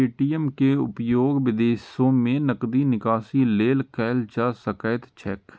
ATM के उपयोग विदेशो मे नकदी निकासी लेल कैल जा सकैत छैक